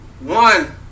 One